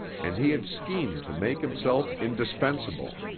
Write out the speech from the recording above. and he had schemed to make himself indispensable.